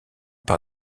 par